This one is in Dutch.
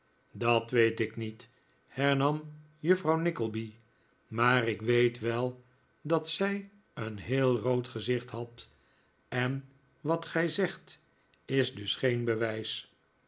dat weet ik niet hernam juffrouw nickleby maar ik weet wel dat zij een heel rood gezicht had en wat gij zegt is dus geen bewijs